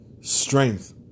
strength